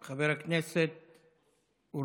חבר הכנסת בוסו.